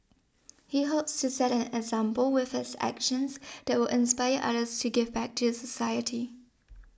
he hopes to set an example with his actions that will inspire others to give back to the society